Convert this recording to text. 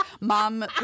mom